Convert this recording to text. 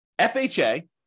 FHA